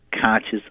conscious